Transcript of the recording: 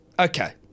Okay